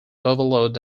overlord